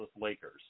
Lakers